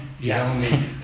Yes